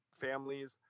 families